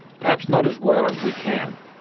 perhaps not as well as we can,